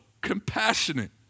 compassionate